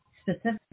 specific